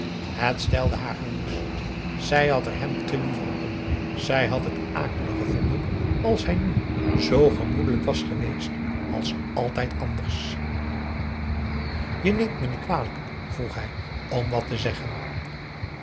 het stelde haar gerust zij had er hem te liever om zij had het akelig gevonden als hij nu zoo gemoedelijk was geweest als altijd anders je neemt me niet kwalijk vroeg hij om wat te zeggen